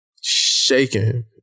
shaking